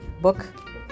book